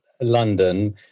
London